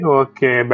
okay